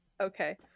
Okay